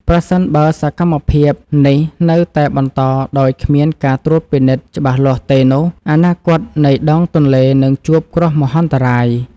ប្រសិនបើសកម្មភាពនេះនៅតែបន្តដោយគ្មានការត្រួតពិនិត្យច្បាស់លាស់ទេនោះអនាគតនៃដងទន្លេនឹងជួបគ្រោះមហន្តរាយ។